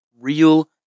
Real